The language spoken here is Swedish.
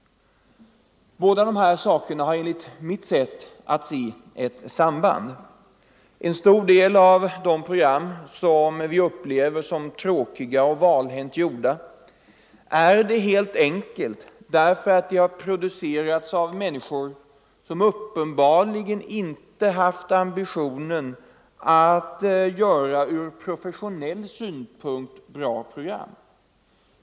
Dessa båda saker har enligt mitt sätt att se ett samband. En stor del av de program som vi upplever som tråkiga och valhänt gjorda är det helt enkelt därför att de har producerats av människor som uppenbarligen inte haft ambitionen att göra ur professionell synpunkt bra program.